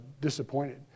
disappointed